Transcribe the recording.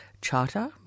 charter